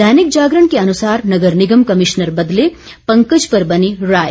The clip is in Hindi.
दैनिक जागरण के अनुसार नगर निगम कमीशनर बदले पुराने पंकज पर बनी राय